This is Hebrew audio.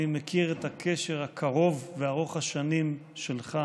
אני מכיר את הקשר הקרוב וארוך השנים שלך